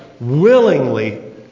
willingly